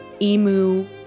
emu